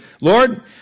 Lord